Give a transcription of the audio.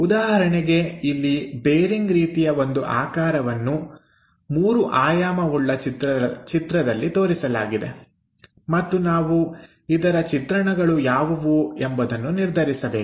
ಉದಾಹರಣೆಗೆ ಇಲ್ಲಿ ಬೇರಿಂಗ್ ರೀತಿಯ ಒಂದು ಆಕಾರವನ್ನು ಮೂರು ಆಯಾವವುಳ್ಳ ಚಿತ್ರದಲ್ಲಿ ತೋರಿಸಲಾಗಿದೆ ಮತ್ತು ನಾವು ಇದರ ಚಿತ್ರಣಗಳು ಯಾವುವು ಎಂಬುದನ್ನು ನಿರ್ಧರಿಸಬೇಕು